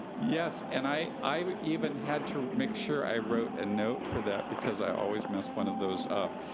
yes. and i i even had to make sure i wrote a note for that, because i always mess one of those up.